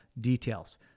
details